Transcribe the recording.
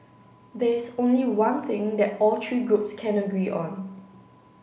there is only one thing that all three groups can agree on